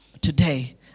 today